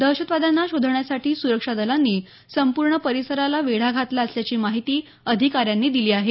दहशतवाद्यांना शोधण्यासाठी सुरक्षा दलांनी संपूर्ण परिसराला वेढा घातला असल्याची माहिती अधिकाऱ्यांनी दिली आहे